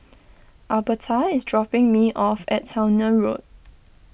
Albertha is dropping me off at Towner Road